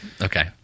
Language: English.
Okay